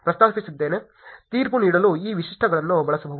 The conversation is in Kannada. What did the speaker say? ತೀರ್ಪು ನೀಡಲು ಈ ವೈಶಿಷ್ಟ್ಯಗಳನ್ನು ಬಳಸಬಹುದು